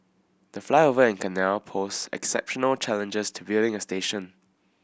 the flyover and canal posed exceptional challenges to building a station